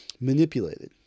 manipulated